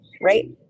right